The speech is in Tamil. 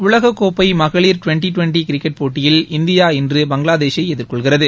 உலக கோப்பை மகளிர் டுவெண்டி டுவெண்டி கிரிக்கெட் டோட்டியில் இந்தியா இன்று பங்களாதேஷை எதிர்கொள்கிறது